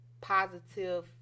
positive